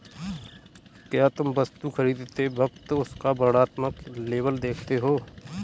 क्या तुम वस्तु खरीदते वक्त उसका वर्णात्मक लेबल देखते हो?